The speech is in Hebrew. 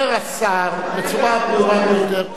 אומר השר בצורה הברורה ביותר: